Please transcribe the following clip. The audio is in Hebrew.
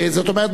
זאת אומרת,